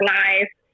life